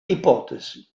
ipotesi